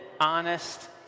honest